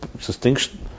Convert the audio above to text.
distinction